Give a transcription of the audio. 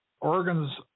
organs